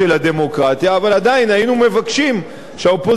אבל עדיין היינו מבקשים שהאופוזיציה תציג בפני